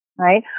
Right